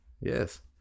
Yes